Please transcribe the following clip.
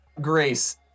Grace